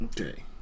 okay